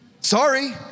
Sorry